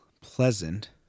pleasant